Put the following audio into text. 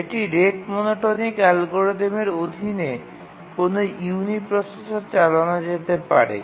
এটি rate monotonic অ্যালগরিদমের অধীনে কোনও ইউনি প্রসেসরে চালানো যেতে পারে